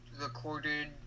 recorded